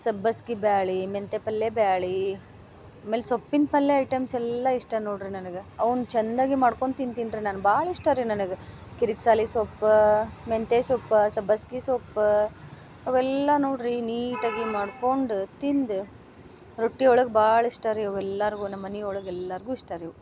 ಸಬ್ಬಸ್ಗಿ ಬ್ಯಾಳಿ ಮೆಂತ್ಯೆ ಪಲ್ಯೆ ಬ್ಯಾಳಿ ಆಮೇಲೆ ಸೊಪ್ಪಿನ ಪಲ್ಯೆ ಐಟಮ್ಸ್ ಎಲ್ಲ ಇಷ್ಟ ನೋಡ್ರಿ ನನಗೆ ಅವುನ್ನ ಚೆನ್ನಾಗಿ ಮಾಡ್ಕೊಂಡು ತಿಂತಿನ್ರೀ ನಾನು ಭಾಳ ಇಷ್ಟ ರೀ ನನಗೆ ಕಿರಿಕ್ಸಾಲಿ ಸೊಪ್ಪ ಮೆಂತ್ಯೆ ಸೊಪ್ಪ ಸಬ್ಬಸ್ಗಿ ಸೊಪ್ಪ ಅವೆಲ್ಲ ನೋಡ್ರಿ ನೀಟಾಗಿ ಮಾಡ್ಕೊಂಡು ತಿಂದು ರೊಟ್ಟಿ ಒಳಗೆ ಭಾಳ ಇಷ್ಟ ರೀ ಅವೆಲ್ಲಾರ್ಗೂ ನಮ್ಮನೆ ಒಳಗೆ ಎಲ್ಲಾರಿಗು ಇಷ್ಟ ರೀ ಅವ್